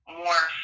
more